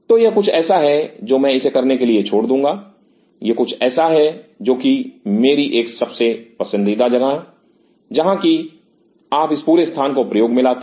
तो यह कुछ ऐसा है जो मैं इसे करने के लिए छोड़ दूँगा यह कुछ ऐसा है जो मेरी एक सबसे पसंदीदा है जहां कि आप इस पूरे स्थान को प्रयोग में लाते हैं